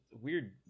Weird